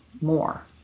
more